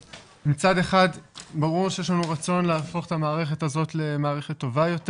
מצד אחד ברור שיש לנו רצון להפוך את המערכת הזאת למערכת טובה יותר